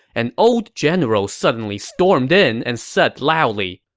an old general suddenly stormed in and said loudly,